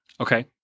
Okay